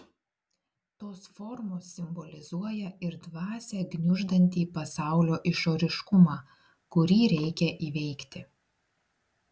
tos formos simbolizuoja ir dvasią gniuždantį pasaulio išoriškumą kurį reikia įveikti